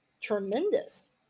tremendous